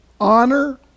honor